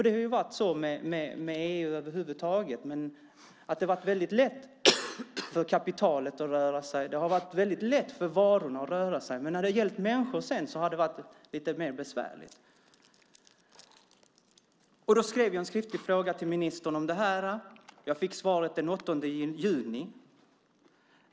Det har ju varit så med EU att det varit lätt för varor att röra sig mellan länder, men när det sedan gällt människor har det varit mer besvärligt. Jag lämnade in en skriftlig fråga till ministern om detta och fick svar den 8 juni.